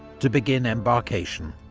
to begin embarkation.